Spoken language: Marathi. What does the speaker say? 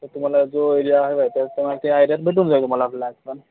तर तुम्हाला जो एरिया हवा आहे त्यात तुम्हाला ते ॲड्रेस भेटून जाईल तुम्हाला फ्लॅट पण